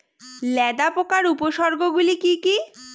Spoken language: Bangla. লেদা পোকার উপসর্গগুলি কি কি?